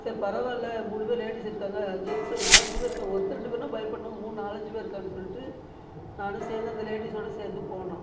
சரி பரவாயில்ல மூணு பேர் லேடீஸ் இருக்காங்க ஜென்சு நாலஞ்சி பேர் இருக்காங்க ஒருத்தர் ரெண்டு பேருன்னா பயப்படணும் மூணு நாலஞ்சி பேர் இருக்காங்கனு சொல்லிட்டு நானும் சேர்ந்து அந்த லேடீஸ்ஸோடய சேர்ந்து போனோம்